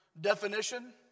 definition